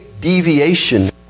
deviation